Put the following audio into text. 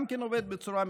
גם כן עובד בצורה מכובדת.